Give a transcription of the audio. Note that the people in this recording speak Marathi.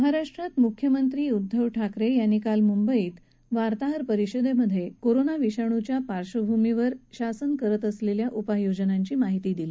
महाराष्ट्रात मुख्यमंत्री उद्धव ठाकरे यांनी काल मुंबईत वार्ताहर परिषदेत कोरोना विषाणूच्या प्रादुर्भावाच्या पार्श्वभूमीवर शासनानं केलेल्या उपाययोजनांची माहिती दिली